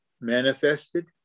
manifested